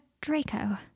Draco